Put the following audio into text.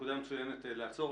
נקודה מצוינת לעצור.